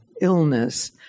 illness